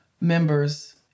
members